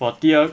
for 第二